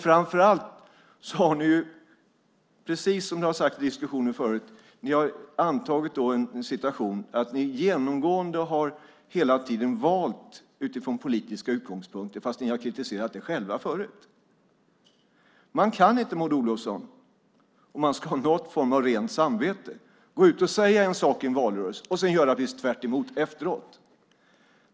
Framför allt har ni, precis som det har sagts i diskussionen förut, hamnat i en situation där ni genomgående hela tiden har valt utifrån politiska utgångspunkter fast ni själva tidigare har kritiserat detta. Man kan inte, Maud Olofsson, om man ska ha någon form av rent samvete, gå ut och säga en sak i en valrörelse och sedan göra precis tvärtom efteråt.